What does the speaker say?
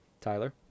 Tyler